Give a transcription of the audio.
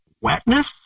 wetness